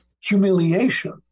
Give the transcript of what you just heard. humiliation